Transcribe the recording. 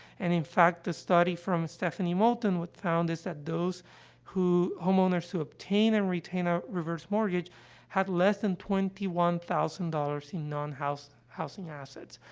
and in fact, the study from stephanie moulton found is that those who homeowners who obtain and retain a reverse mortgage had less than twenty one thousand dollars in non-housing non-housing assets.